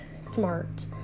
smart